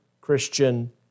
Christian